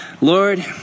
Lord